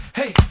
hey